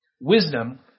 Wisdom